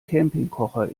campingkocher